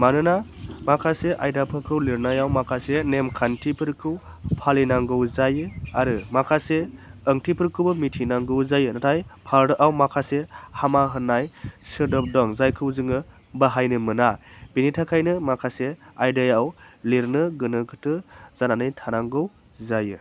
मानोना माखासे आयदाफोरखौ लिरनायाव माखासे नेमखान्थिफोरखौ फालिनांगौ जायो आरो माखासे ओंथिफोरखौबो मिथिनांगौ जायो नाथाय भारतआव माखासे हामा होन्नाय सोदोब दं जायखौ जोङो बाहायनो मोना बेनि थाखायनो माखासे आयदायाव लिरनो गोनो गोथो जानानै थानांगौ जायो